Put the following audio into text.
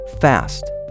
fast